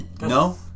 no